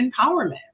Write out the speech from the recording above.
Empowerment